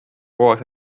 koos